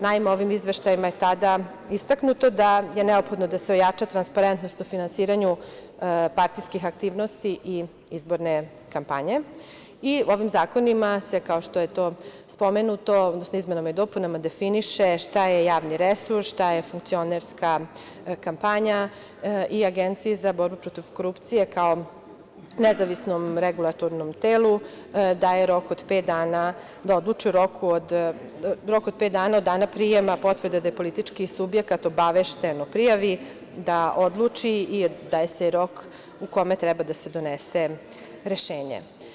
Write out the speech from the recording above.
Naime, ovim izveštajima je tada istaknuto da je neophodno da se ojača transparentnost o finansiranju partijskih aktivnosti i izborne kampanje i ovim zakonima se, kao što je to spomenuto, odnosno izmenama i dopunama definiše šta je javni resurs, šta je funkcionerska kampanja i Agenciji za borbu protiv korupcije, kao nezavisnom regulatornom telu daje rok da odluči od pet dana od dana prijema potvrde da je politički subjekat obavešten o prijavi, da odluči, i daje se rok u kome treba da se donese rešenje.